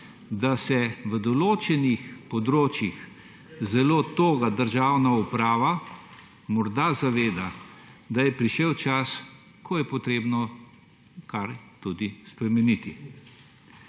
da se v določenih področjih zelo toga državna uprava morda zaveda, da je prišel čas, ko je potrebno kaj tudi spremeniti.